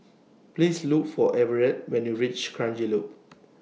Please Look For Everette when YOU REACH Kranji Loop